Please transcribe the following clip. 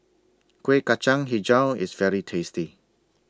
Kueh Kacang Hijau IS very tasty